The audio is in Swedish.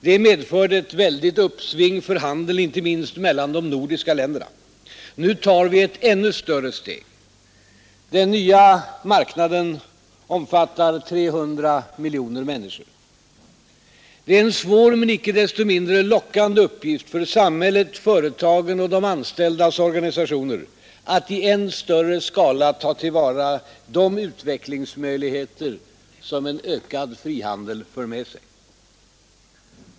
Det medförde ett väldigt uppsving för handeln, inte minst mellan de nordiska länderna. Nu tar vi ett ännu större steg. Den nya marknaden omfattas av 300 miljoner människor. Det är en svår men icke desto mindre lockande uppgift för samhället, företagen och de anställdas organisationer att i än större skala ta till vara de utvecklingsmöjligheter som en ökad frihandel för med sig.